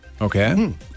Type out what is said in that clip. Okay